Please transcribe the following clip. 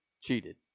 cheated